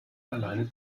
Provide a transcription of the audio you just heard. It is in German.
alleine